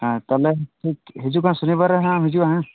ᱦᱮᱸ ᱛᱟᱦᱚᱞᱮ ᱴᱷᱤᱠ ᱦᱤᱡᱩᱜ ᱠᱟᱱ ᱥᱚᱱᱤ ᱵᱟᱨᱮᱢ ᱨᱮᱢ ᱦᱤᱡᱩᱜᱼᱟ ᱦᱮᱸ